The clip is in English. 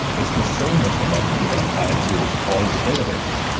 it's the same mental model that you can apply to all the databases.